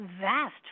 vast